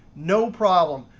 no problem.